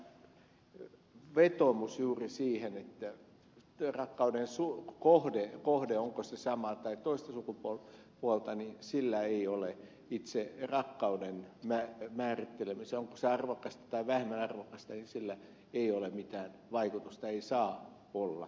tämä vetoomus koskee juuri sitä että sillä onko rakkauden kohde samaa vai toista sukupuolta ei ole itse rakkauden määrittelemiseen onko se arvokasta vai vähemmän arvokasta mitään vaikutusta ei saa olla vaikutusta